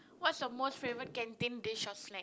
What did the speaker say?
what's your most favorite canteen dish or snack